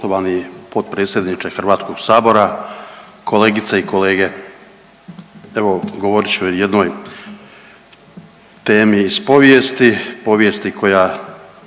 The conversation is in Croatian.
Hrvatskog sabora.